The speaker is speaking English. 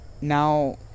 now